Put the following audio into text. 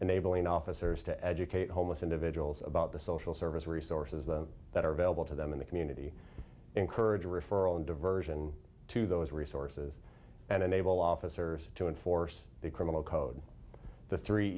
enabling officers to educate homeless individuals about the social service resources that are available to them in the community encourage referral and diversion to those resources and a naval officers to enforce the criminal code the three